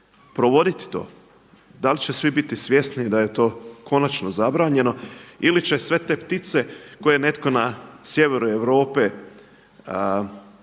provoditi to, da li će svi biti svjesni da je to, konačno zabranjeno ili će sve te ptice koje je netko na sjeveru Europe hvata